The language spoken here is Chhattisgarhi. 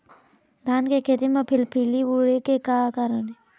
धान के खेती म फिलफिली उड़े के का कारण हे?